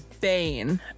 Bane